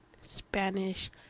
Spanish